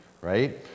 right